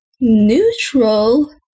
Neutral